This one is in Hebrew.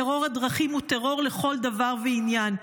טרור הדרכים הוא טרור לכל דבר ועניין.